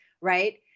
right